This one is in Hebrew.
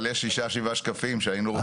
אבל יש שישה, שבעה שקפים שהיינו רוצים.